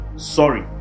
sorry